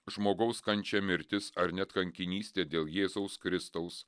žmogaus kančia mirtis ar net kankinystė dėl jėzaus kristaus